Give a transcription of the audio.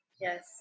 Yes